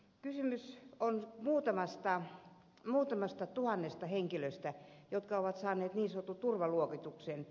kysymys on muutamasta tuhannesta henkilöstä jotka ovat saaneet niin sanotun turvaluokituksen